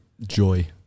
Joy